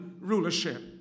rulership